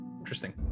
Interesting